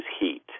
heat